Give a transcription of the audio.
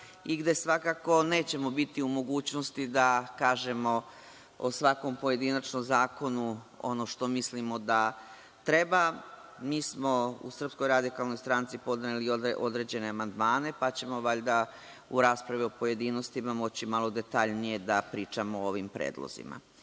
gde svakako nećemo biti u mogućnosti da kažemo o svakom pojedinačno zakonu ono što mislimo da treba. Mi smo u SRS podneli određene amandmane pa ćemo valjda u raspravi u pojedinostima moći malo detaljnije da pričamo o ovim predlozima. Suštinska